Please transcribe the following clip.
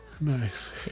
Nice